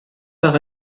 par